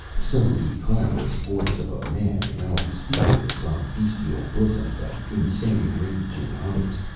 so the clamorous voice of a man rouses fear in some bestial bosoms and insane rage in others.